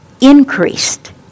increased